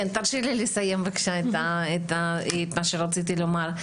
תרשי לי לסיים בבקשה את מה שרציתי לומר,